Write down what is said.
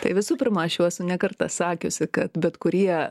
tai visų pirma aš jau esu ne kartą sakiusi kad bet kurie